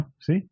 See